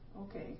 okay